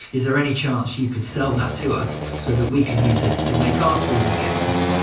is there any chance you could sell that to us so that we can use it to make our three d games?